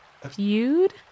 feud